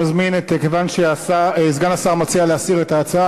מכיוון שסגן השר מציע להסיר את ההצעה,